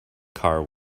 car